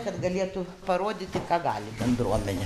kad galėtų parodyti ką gali bendruomenė